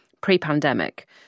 pre-pandemic